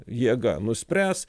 jėga nuspręs